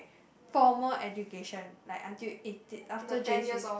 formal education like until eighteen after J_C